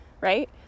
right